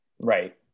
Right